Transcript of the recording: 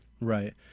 Right